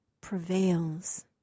prevails